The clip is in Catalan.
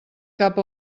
cap